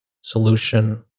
solution